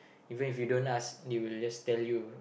even if you don't ask they will just tell you